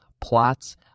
plots